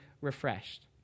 refreshed